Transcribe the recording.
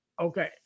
Okay